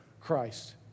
Christ